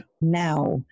Now